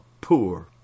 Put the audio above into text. poor